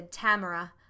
Tamara